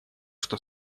что